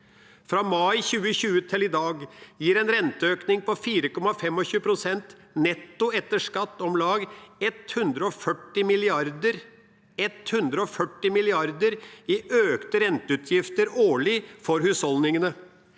Fra mai 2020 til i dag gir en renteøkning på 4,25 pst. netto etter skatt om lag 140 mrd. kr – 140 milliarder – i økte renteutgifter årlig for husholdningene.